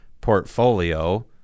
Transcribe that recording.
portfolio